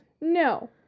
No